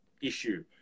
issue